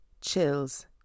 chills